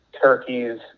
turkeys